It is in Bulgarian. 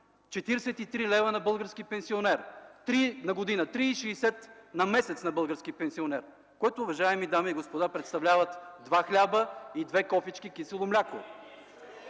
43 лв. на български пенсионер на година, 3,60 лв. на месец на български пенсионер, което, уважаеми дами и господа, представляват два хляба и две кофички кисело мляко.